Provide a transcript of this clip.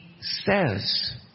says